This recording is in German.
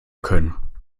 können